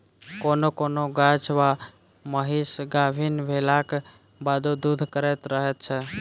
कोनो कोनो गाय वा महीस गाभीन भेलाक बादो दूध करैत रहैत छै